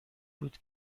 بود